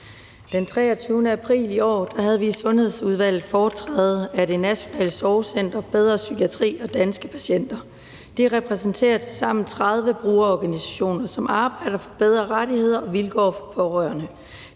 Den 23. april i år havde vi i Sundhedsudvalget foretræde af Det Nationale Sorgcenter, Bedre Psykiatri og Danske Patienter. De repræsenterer tilsammen 30 brugerorganisationer, som arbejder for bedre rettigheder og vilkår for pårørende.